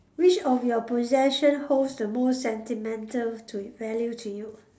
which of your possession holds the most sentimental to y~ value to you